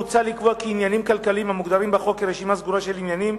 מוצע לקבוע כי עניינים כלכליים המוגדרים בחוק כרשימה סגורה של עניינים,